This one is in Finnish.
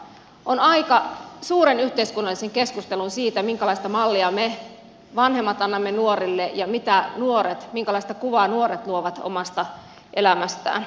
on aika suuri yhteiskunnallisen keskustelu siitä minkälaista mallia me vanhemmat annamme nuorille ja minkälaista kuvaa nuoret luovat omasta elämästään